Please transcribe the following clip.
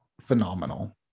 phenomenal